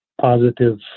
Positive